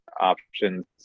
options